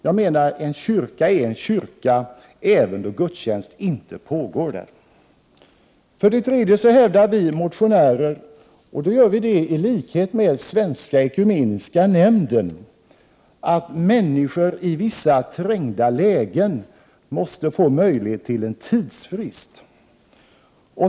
Jag menar att en kyrka är en kyrka även då gudstjänst inte pågår z där. Vissa tWängsmedels. För det tredje hävdar vi motionärer — i likhet med Svenska ekumeniska frågor nämnden — att människor i vissa trängda lägen måste få möjlighet till en tidsfrist.